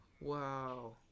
wow